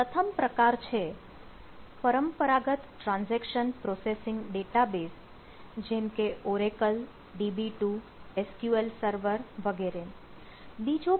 તેમાં પ્રથમ પ્રકાર છે પરંપરાગત ટ્રાન્જેક્શન પ્રોસેસિંગ ડેટાબેઝ જેમકે Oracle DB2 SQL server વગેરે